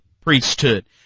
priesthood